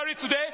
today